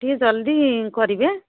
ଟିକେ ଜଲ୍ଦି କରିବେ